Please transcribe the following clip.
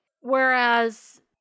Whereas